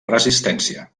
resistència